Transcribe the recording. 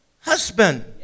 husband